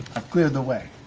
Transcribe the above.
cleared the way.